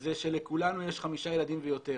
זה שלכולנו יש חמישה ילדים ויותר